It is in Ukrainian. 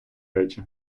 речі